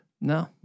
No